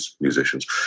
musicians